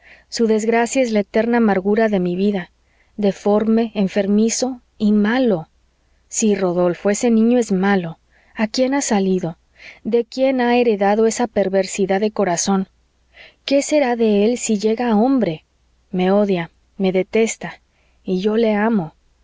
su desgracia es la eterna amargura de mi vida deforme enfermizo y malo sí rodolfo ese niño es malo a quién ha salido de quién ha heredado esa perversidad de corazón qué será de él si llega a hombre me odia me detesta y yo le amo